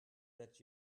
that